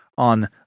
On